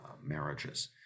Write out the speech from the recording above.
marriages